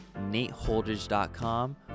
nateholdridge.com